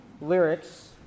lyrics